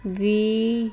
V